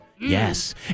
Yes